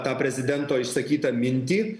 tą prezidento išsakytą mintį